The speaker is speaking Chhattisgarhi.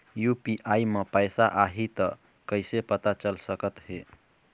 यू.पी.आई म पैसा आही त कइसे पता चल सकत हे?